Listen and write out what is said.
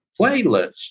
playlist